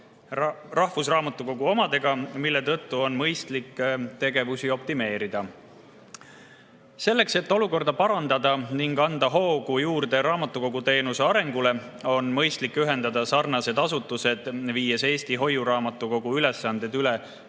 rahvusraamatukogu omadega, mille tõttu on mõistlik tegevusi optimeerida. Selleks, et olukorda parandada ning anda hoogu juurde raamatukoguteenuse arengule, on mõistlik sarnased asutused ühendada, [andes] Eesti Hoiuraamatukogu ülesanded üle